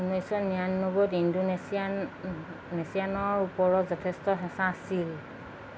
ঊনৈছশ নিৰানব্বৈত ইণ্ডোনেছিয়ান নেছিয়ানৰ ওপৰত যথেষ্ট হেঁচা আছিল